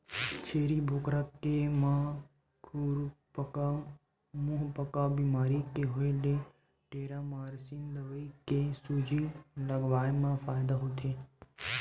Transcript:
छेरी बोकरा के म खुरपका मुंहपका बेमारी के होय ले टेरामारसिन दवई के सूजी लगवाए मा फायदा होथे